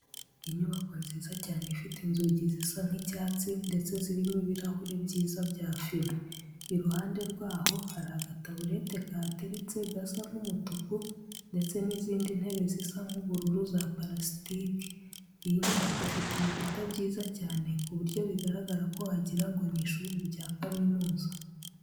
Inyubako nziza cyane ifite inzugi zisa nk'icyatsi ndetse zirimo ibirahuri byiza bya fime, iruhande rwaho hari agataburete kahateretse gasa nk'umutuku ndetse n'izindi ntebe zisa nk'ubururu za parasitike. Iyi nyubako ifite ibikuta byiza cyane ku buryo bigaragara ko wagira ngo ni ishuri rya kaminuza.